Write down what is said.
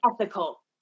ethical